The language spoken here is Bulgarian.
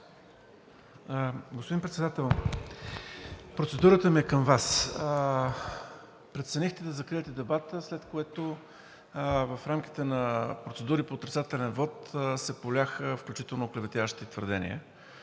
Господин Председател, процедурата ми е към Вас. Преценихте да закриете дебата, след което в рамките на процедури по отрицателен вот заваляха включително оклеветяващи твърдения